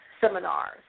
seminars